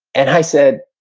and i said,